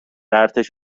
ارتش